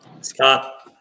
Scott